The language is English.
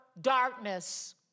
darkness